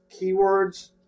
keywords